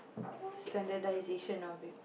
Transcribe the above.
standardisation of it